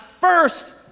first